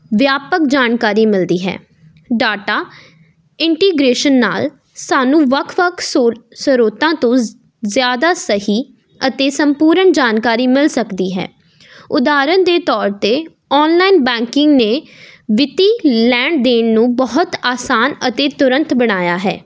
ਵਿਆਪਕ ਜਾਣਕਾਰੀ ਮਿਲਦੀ ਹੈ ਡਾਟਾ ਇੰਟੀਗ੍ਰੇਸ਼ਨ ਨਾਲ ਸਾਨੂੰ ਵੱਖ ਵੱਖ ਸੋਰ ਸਰੋਤਾਂ ਤੋਂ ਜ਼ਿਆਦਾ ਸਹੀ ਅਤੇ ਸੰਪੂਰਨ ਜਾਣਕਾਰੀ ਮਿਲ ਸਕਦੀ ਹੈ ਉਦਾਰਹਨ ਦੇ ਤੌਰ 'ਤੇ ਔਨਲਾਈਨ ਬੈਂਕਿੰਗ ਨੇ ਵਿੱਤੀ ਲੈਣ ਦੇਣ ਨੂੰ ਬਹੁਤ ਆਸਾਨ ਅਤੇ ਤੁਰੰਤ ਬਣਾਇਆ ਹੈ